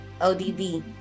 ODB